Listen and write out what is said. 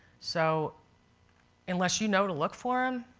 so unless you know to look for them,